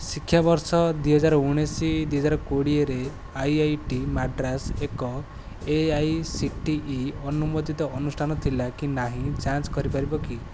ଶିକ୍ଷାବର୍ଷ ଦୁଇ ହଜାର ଉଣିଶି ଦୁଇ ହଜାର କୋଡ଼ିଏରେ ଆଇ ଆଇ ଟି ମାଡ୍ରାସ୍ ଏକ A I C T E ଅନୁମୋଦିତ ଅନୁଷ୍ଠାନ ଥିଲା କି ନାହିଁ ଯାଞ୍ଚ କରିପାରିବ କି